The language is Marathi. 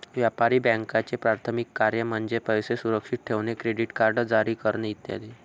व्यापारी बँकांचे प्राथमिक कार्य म्हणजे पैसे सुरक्षित ठेवणे, क्रेडिट कार्ड जारी करणे इ